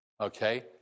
Okay